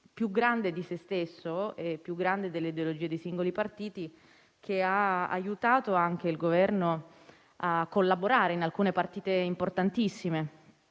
più grande di se stessa e più grande delle ideologie dei singoli partiti, il che ha aiutato anche il Governo a collaborare in alcune partite importantissime.